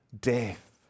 death